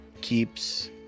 keeps